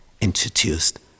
introduced